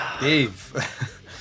Dave